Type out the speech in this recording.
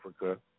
Africa